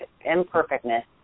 imperfectness